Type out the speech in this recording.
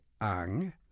Ang